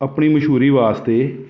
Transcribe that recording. ਆਪਣੀ ਮਸ਼ਹੂਰੀ ਵਾਸਤੇ